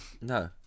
No